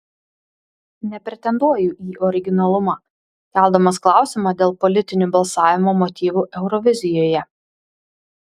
nepretenduoju į originalumą keldamas klausimą dėl politinių balsavimo motyvų eurovizijoje